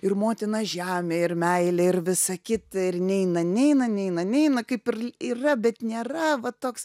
ir motina žemė ir meilė ir visa kita ir neina neina neina neina kaip ir yra bet nėra va toks